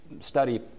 study